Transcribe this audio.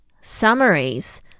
summaries